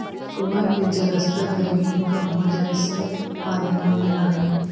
कुआँ के जलस्तर गरमी में कम हो जाए से पानी न मिलऽ हई